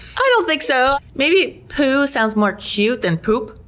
i don't think so. maybe poo sounds more cute than poop.